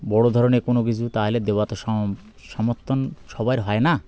বড়ো ধরনের কোনো কিছু তাহলে দেওয়া তো সমর্থন সবার হয় না